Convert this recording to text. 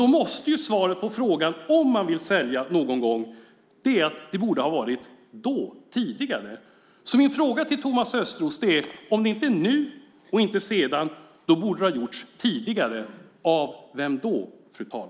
Då måste svaret på frågan om man vill sälja någon gång vara att det borde ha gjorts tidigare. Men av vem då, fru talman?